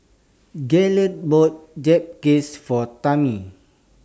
Gaylen bought Japchae For Tammy